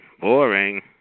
Boring